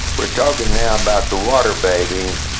we're talking now about the water baby,